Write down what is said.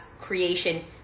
creation